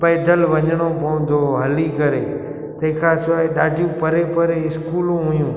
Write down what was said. पैदल वञिणो पवंदो हुओ हली करे तंहिं खां सवाइ ॾाढियूं परे परे इस्कूलूं हुयूं